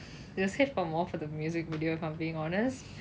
it was hit for more for the music video if I'm being honest